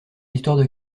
l’histoire